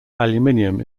aluminium